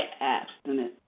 abstinence